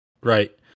right